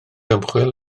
ymchwil